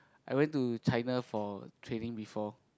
I went to China for training before